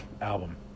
album